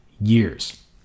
years